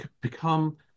become